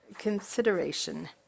Consideration